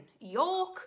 York